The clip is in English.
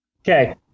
Okay